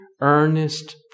earnest